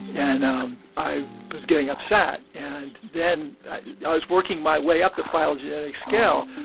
and um i was getting upset. and then i was working my way up the phylogenetic scale.